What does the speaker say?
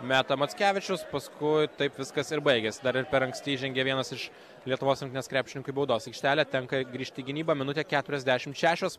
meta mackevičius paskui taip viskas ir baigiasi dar per anksti įžengė vienas iš lietuvos rinktinės krepšininkui baudos aikštelę tenka grįžti į gynybą minutė keturiasdešimt šešios